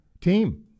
team